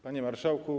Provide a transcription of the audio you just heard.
Panie Marszałku!